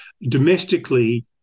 Domestically